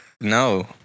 No